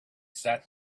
sat